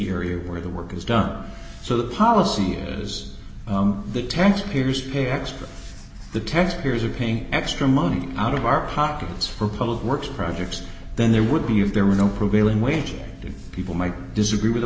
area where the work is done so the policy is that tax payers pay x the taxpayers are paying extra money out of our pockets for public works projects then there would be if there were no prevailing wage people might disagree with